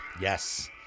Yes